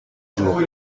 jours